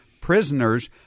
prisoners